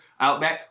Outback